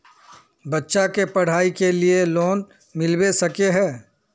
बच्चा के पढाई के लिए लोन मिलबे सके है?